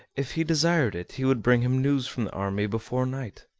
if he desired it, he would bring him news from the army before night.